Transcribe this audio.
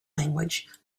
language